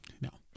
No